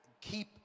keep